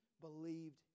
believed